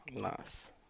nice